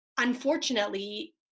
unfortunately